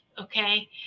okay